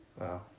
Wow